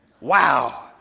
Wow